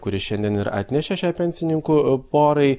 kuri šiandien ir atnešė šiai pensininkų porai